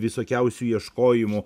visokiausių ieškojimų